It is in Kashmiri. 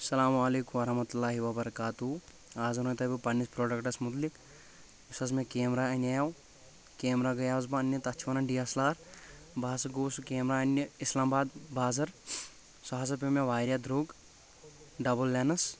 اسلامُ علیکم ورحمتُہ للہِ وبرکاتہٕ ہو اَز ونو تۄہہِ بہٕ پننِس پروڈکٹس مُتعلِق یُس حظ مےٚ کیمرا اَنیو کیمرا گٔیوس بہٕ اَننہِ تَس چھ ونان ڈی ایٚس ایٚل آر بہٕ ہسا گوس سُہ کیمرا اَننہِ اسلام آباد بازر سُہ ہسا پیٚو مےٚ واریاہ دروٚگ ڈبل لٮ۪نٕس